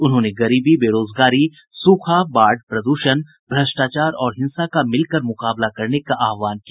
उन्होंने गरीबी बेरोजगारी सूखा बाढ़ प्रद्षण भ्रष्टाचार और हिंसा का मिलकर मुकाबला करने का आहवान किया